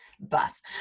buff